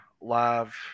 live